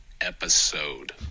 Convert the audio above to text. episode